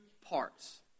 parts